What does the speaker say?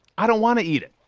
i don't want to eat it.